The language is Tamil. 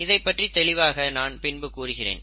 இதைப்பற்றி தெளிவாக நான் பின்பு கூறுகிறேன்